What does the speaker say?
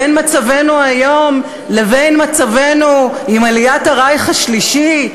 בין מצבנו היום לבין מצבנו עם עליית הרייך השלישי?